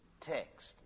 text